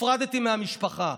נפרדתי מהמשפחה.